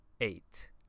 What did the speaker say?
eight